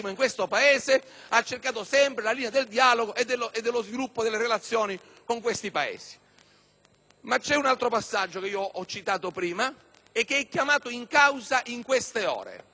Ma c'è un altro passaggio che ho citato prima, che è chiamato in causa in queste ore e di cui la vicenda dell'isola di Lampedusa diventa emblematico esempio.